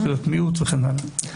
זכויות מיעוט וכן הלאה.